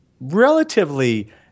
relatively